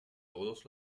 todos